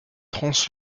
trans